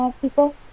people